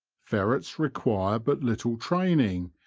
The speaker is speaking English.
ferrets require but little training,